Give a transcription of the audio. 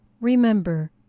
remember